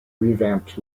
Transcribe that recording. revamped